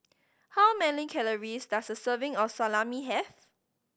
how many calories does a serving of Salami have